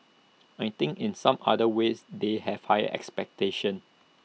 I think in some other ways they have higher expectations